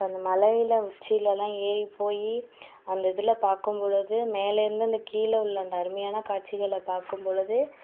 அந்த மலையில் உச்சியில எல்லாம் ஏறி போய் அந்த இதில் பார்க்கும் போது மேலே இருந்து அந்த கீழே உள்ள அந்த அருமையான காட்சிகளை பார்க்கும் பொழுது